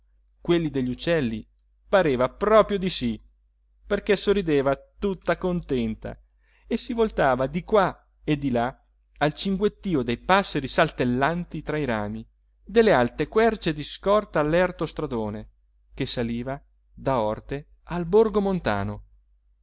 quelli degli uccelli pareva proprio di sì perché sorrideva tutta contenta e si voltava di qua e di là al cinguettio dei passeri saltellanti tra i rami delle alte querce di scorta all'erto stradone che saliva da orte al borgo montano